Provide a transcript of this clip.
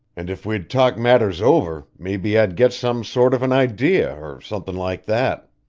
and if we'd talk matters over, maybe i'd get some sort of an idea, or somethin' like that.